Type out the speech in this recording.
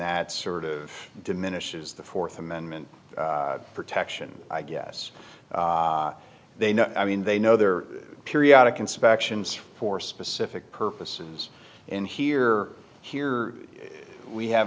that sort of diminishes the fourth amendment protection i guess they know i mean they know there are periodic inspections for specific purposes and here here we have